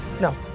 No